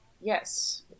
yes